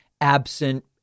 absent